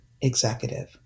executive